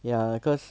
ya cause